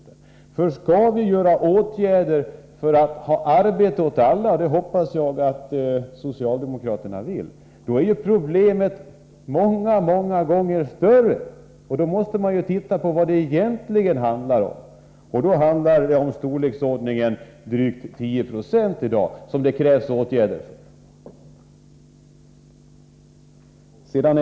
Men om vi skall vidta åtgärder för att åstadkomma arbete åt alla — och det hoppas jag att socialdemokraterna vill — är ju problemet många gånger större, och då måste man se på vad det egentligen handlar om. Då krävs det åtgärder för drygt 10 96.